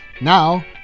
Now